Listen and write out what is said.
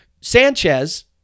Sanchez